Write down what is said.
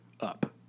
up